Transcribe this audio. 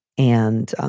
and